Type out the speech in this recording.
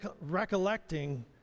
recollecting